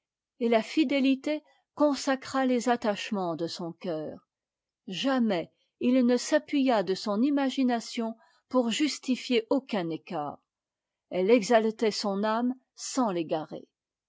et la fidélité consacra les attachements de son coeur jamais il ne s'appuya de son imagination pour justifier aucun écart elle exaltait son âme sans l'égarer